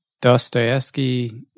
Dostoevsky